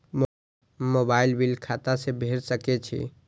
Mobile bill खाता से भेड़ सके छि?